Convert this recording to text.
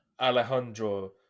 Alejandro